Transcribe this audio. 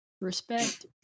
Respect